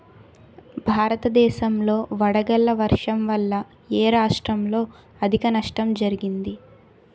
భారతదేశం లో వడగళ్ల వర్షం వల్ల ఎ రాష్ట్రంలో అధిక నష్టం జరిగింది?